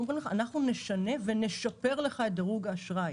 אומרים להם: אנחנו נשנה ונשפר לך את דירוג האשראי.